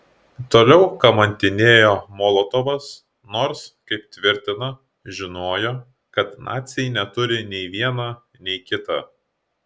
toliau kamantinėjo molotovas nors kaip tvirtina žinojo kad naciai neturi nei viena nei kita